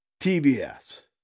TBS